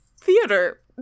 theater